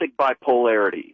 bipolarity